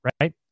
right